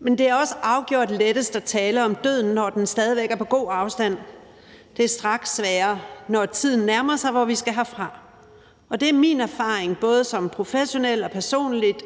Men det er også afgjort lettest at tale om døden, når den stadig væk er på god afstand. Det er straks sværere, når tiden nærmer sig, hvor vi skal herfra. Det er min erfaring, både som professionel